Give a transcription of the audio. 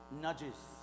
nudges